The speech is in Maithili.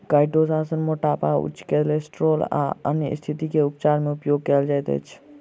काइटोसान मोटापा उच्च केलेस्ट्रॉल आ अन्य स्तिथि के उपचार मे उपयोग कायल जाइत अछि